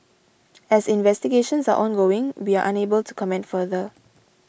as investigations are ongoing we are unable to comment further